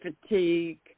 fatigue